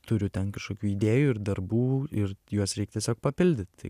turiu ten kažkokių idėjų ir darbų ir juos reik tiesiog papildyt tai